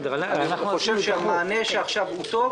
אנחנו חושבים שהמענה שניתן עכשיו הוא טוב,